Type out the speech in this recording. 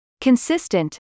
Consistent